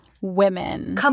women